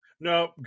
No